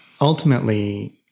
ultimately